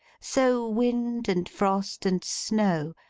so wind and frost and snow,